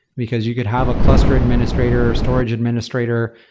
because you could have a cluster administrator, a storage administrator,